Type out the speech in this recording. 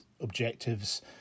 objectives